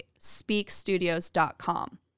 speakstudios.com